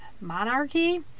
monarchy